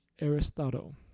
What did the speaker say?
Aristotle